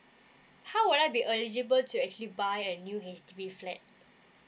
how would I be eligible to actually buy a new H_D_B flat